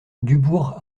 dubourg